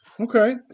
Okay